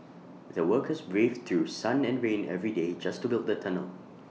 the workers braved through sun and rain every day just to build the tunnel